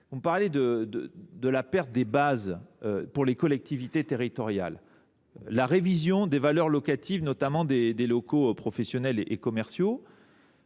vous évoquiez la perte des bases pour les collectivités territoriales et la révision des valeurs locatives, notamment des locaux professionnels et commerciaux.